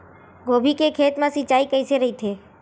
गोभी के खेत मा सिंचाई कइसे रहिथे?